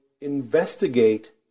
investigate